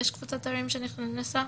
יש קבוצת תיירים שנכנסה?